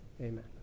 Amen